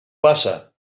passa